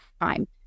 time